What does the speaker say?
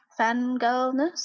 fangirlness